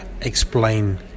explain